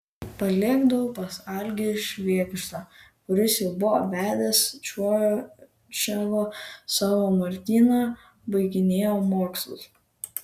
parlėkdavau pas algį švėgždą kuris jau buvo vedęs čiūčiavo savo martyną baiginėjo mokslus